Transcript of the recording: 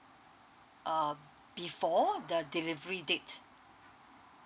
uh before the delivery date